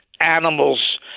animals